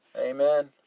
Amen